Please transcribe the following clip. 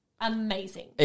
amazing